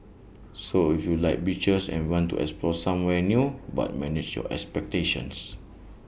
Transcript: so if you like beaches and want to explore somewhere new but manage your expectations